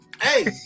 Hey